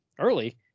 early